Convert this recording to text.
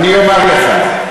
אני אומר לך,